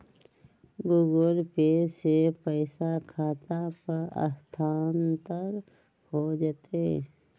Google Pay से पईसा खाता पर स्थानानंतर हो जतई?